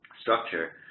structure